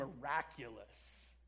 miraculous